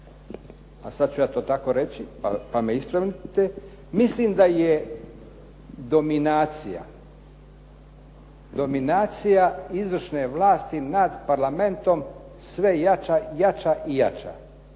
a sada ću ja to tako reći, pa me ispravite, mislim da je dominacija izvršne vlasti nad Parlamentom sve jača i jača.